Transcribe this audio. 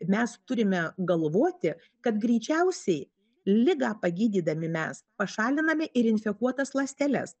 mes turime galvoti kad greičiausiai ligą pagydydami mes pašaliname ir infekuotas ląsteles